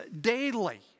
daily